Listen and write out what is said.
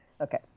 Okay